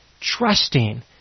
trusting